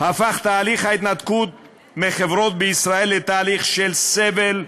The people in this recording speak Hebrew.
הפך תהליך ההתנתקות מחברות בישראל לתהליך של סבל,